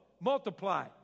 multiply